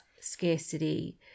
scarcity